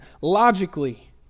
logically